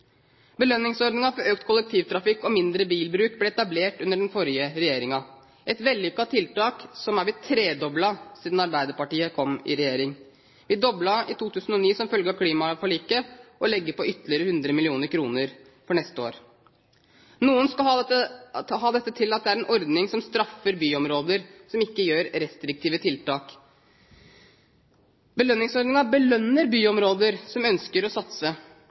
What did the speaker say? for økt kollektivtrafikk og mindre bilbruk ble etablert under den forrige regjeringen, et vellykket tiltak, som er blitt tredoblet siden Arbeiderpartiet kom i regjering. Vi doblet bevilgningene til tiltaket i 2009, som følge av klimaforliket, og legger på ytterligere 100 mill. kr for neste år. Noen skal ha det til at dette er en ordning som straffer byområder som ikke gjør restriktive tiltak. Belønningsordningen belønner byområder som ønsker å satse